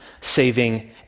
saving